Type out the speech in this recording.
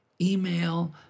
email